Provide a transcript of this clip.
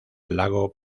lago